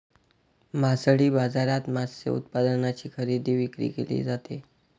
मासळी बाजारात मत्स्य उत्पादनांची खरेदी विक्री केली जाते